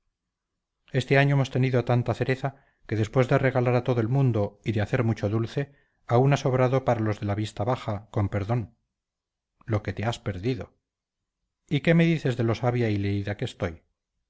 este año emos tenido tanta cereza que después de regalar a todo el mundo y de acer mucho dulce aún a sobrado para los de la vista baja con perdón lo que te as perdido y qué me dices de lo sabia y leída que estoy